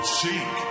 seek